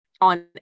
on